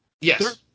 Yes